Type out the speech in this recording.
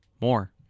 more